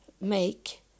make